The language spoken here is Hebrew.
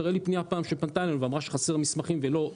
שתראה לי פנייה פעם שפנתה אלינו ואמרה שחסר מסמכים ולא קיבלה.